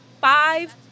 five